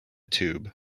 tube